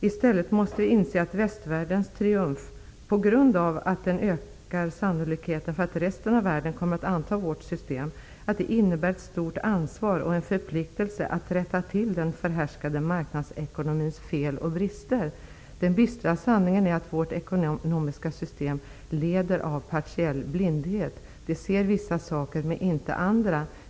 I stället måste vi inse att västvärldens triumf -- på grund av att den ökar sannolikheten för att resten av världen kommer att anta vårt system -- innebär ett stort ansvar och en förpliktelse att rätta till den förhärskande marknadsekonomins fel och brister. Den bistra sanningen är att vårt ekonomiska system lider av partiell blindhet. Det ser vissa saker men inte andra.